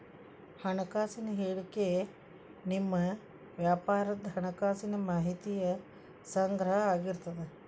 ಹಣಕಾಸಿನ ಹೇಳಿಕಿ ನಿಮ್ಮ ವ್ಯಾಪಾರದ್ ಹಣಕಾಸಿನ ಮಾಹಿತಿಯ ಸಂಗ್ರಹ ಆಗಿರ್ತದ